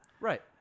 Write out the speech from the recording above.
Right